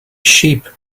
sheep